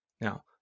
Now